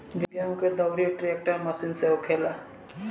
गेहूं के दउरी ट्रेक्टर मशीन से होखेला